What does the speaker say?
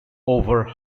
over